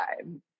time